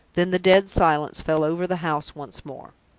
then the dead silence fell over the house once more.